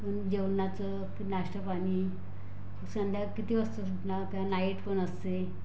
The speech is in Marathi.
जेवणाचं नाष्टा पाणी संध्या किती वाजता झोपणार का नाईट पण असते